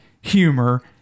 humor